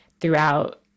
throughout